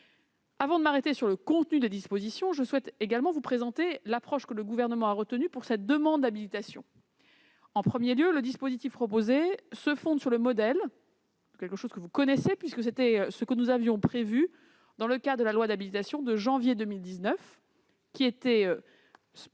Avant d'en venir au contenu des dispositions, je souhaite vous présenter l'approche que le Gouvernement a retenue pour cette demande d'habilitation. En premier lieu, le dispositif proposé se fonde sur le modèle, que vous connaissez, de ce que nous avions prévu dans le cadre de la loi d'habilitation de janvier 2019 pour préparer